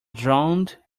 droned